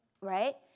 right